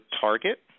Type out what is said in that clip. target